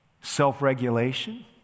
self-regulation